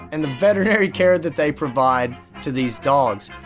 and the veterinary care that they provide to these dogs.